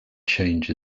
change